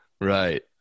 Right